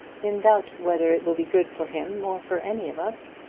in doubt whether it will be good for him or for any of us.